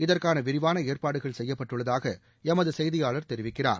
இதற்காக விரிவான ஏற்பாடுகள் செய்யப்பட்டுள்ளதாக எமது செய்தியாளர் தெரிவிக்கிறார்